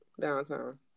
downtown